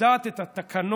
יודעת את התקנון,